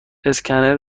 اسکنر